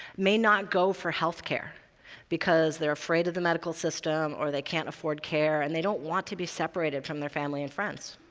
may not go for health care because they're afraid of the medical system, or they can't afford care, and they don't want to be separated from their family and friends.